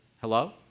Hello